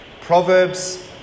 Proverbs